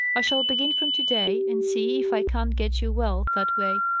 i shall begin from to-day, and see if i can't get you well, that way.